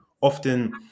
Often